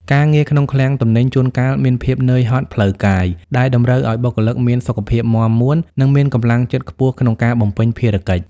ការងារក្នុងឃ្លាំងទំនិញជួនកាលមានភាពនឿយហត់ផ្លូវកាយ ដែលតម្រូវឱ្យបុគ្គលិកមានសុខភាពមាំមួន និងមានកម្លាំងចិត្តខ្ពស់ក្នុងការបំពេញភារកិច្ច។